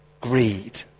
greed